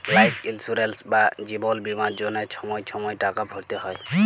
life insurance বা জিবল বীমার জ্যনহে ছময় ছময় টাকা ভ্যরতে হ্যয়